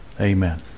Amen